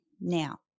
Now